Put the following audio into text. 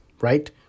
Right